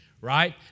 right